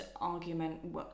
argument